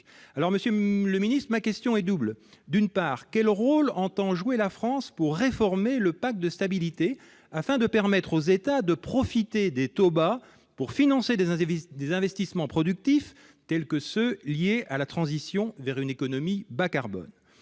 alors Monsieur M. le Ministre, ma question est double : d'une part, quel rôle entend jouer la France pour réformer le pacte de stabilité, afin de permettre aux États de profiter des taux bas pour financer des uns Davis des investissements productifs, tels que ceux liés à la transition vers une économie bas carbone,